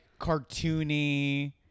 cartoony